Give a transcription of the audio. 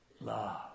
Love